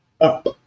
up